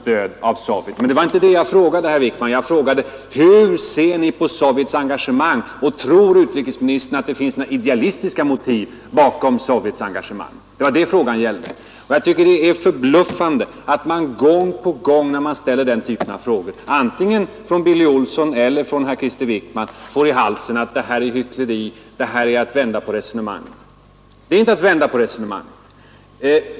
Men det var inte det jag frågade, herr Wickman, utan: ”Hur ser ni på Sovjets engagemang, och tror utrikesministern att det finns några idealistiska motiv bakom Sovjets engagemang?” — Det var det frågan gällde, och jag tycker det är förbluffande att man, när man ställer — Nr 84 den typen av frågor, får i halsen antingen från Billy Olsson eller herr Tisdagen den Krister Wickman att det här är hyckleri, det här är att vända på 23 maj 1972 resonemanget. Det är inte att vända på resonemanget!